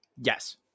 Yes